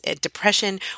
depression